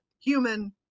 human